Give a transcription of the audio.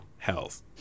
health